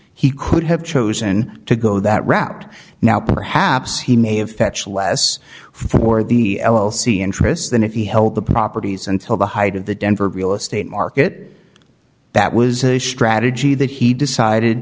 he could have chosen to go that route now perhaps he may have fetch less for the l l c interests than if he held the properties until the height of the denver real estate market that was a strategy that he decided